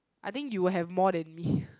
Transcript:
I think you will have more than me